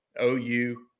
OU